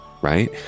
right